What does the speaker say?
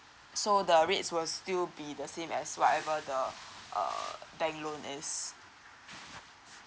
so the rates will still be the same as whatever the uh bank loan is